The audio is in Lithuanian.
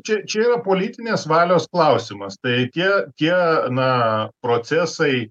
čia čia yra politinės valios klausimas tai tie tie na procesai